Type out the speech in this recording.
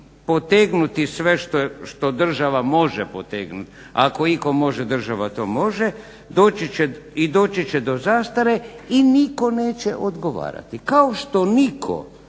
potegnuti sve što država može potegnuti, ako itko može država to može, i doći će do zastare i nitko neće odgovarati kao što nitko